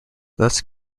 thus